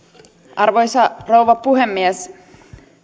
arvoisa rouva puhemies